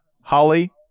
holly